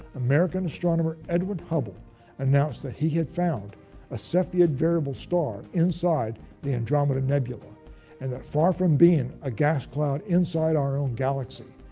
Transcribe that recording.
american astronomer edwin hubble announced that he had found ah cepheid variable stars inside the andromeda nebula and that, far from being a gas cloud inside our own galaxy,